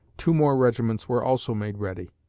two more regiments were also made ready,